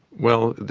well,